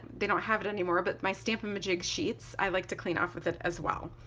they don't have it anymore but my stamp-a-ma-jig sheets i like to clean off with it as well.